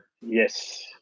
Yes